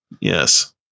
Yes